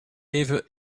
even